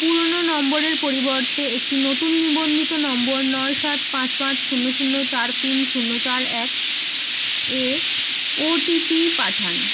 পুরোনো নম্বরের পরিবর্তে একটি নতুন নিবন্ধিত নম্বর নয় সাত পাঁচ পাঁচ শূন্য শূন্য চার তিন শূন্য চার এক এ ওটিপি পাঠান